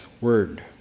word